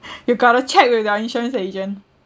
you've got to check with your insurance agent